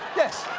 yes!